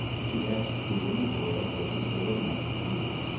she asked who in the world little bilham might be.